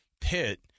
pit